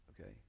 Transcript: Okay